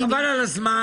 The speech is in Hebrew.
חבל על הזמן,